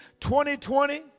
2020